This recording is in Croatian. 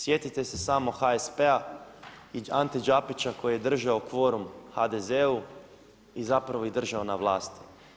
Sjetite se samo HSP-a i Ante Đapića, koji je držao kvorum HDZ-u i zapravo ih držao na vlasti.